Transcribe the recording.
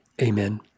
Amen